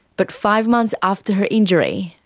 but five months after her injury,